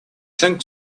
think